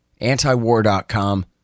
Antiwar.com